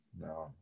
No